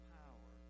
power